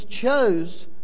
chose